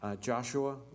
Joshua